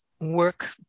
work